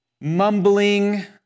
mumbling